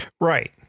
Right